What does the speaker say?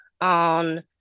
on